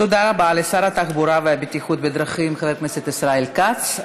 תודה רבה לשר התחבורה והבטיחות בדרכים חבר הכנסת ישראל כץ.